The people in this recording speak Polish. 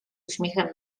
uśmiechem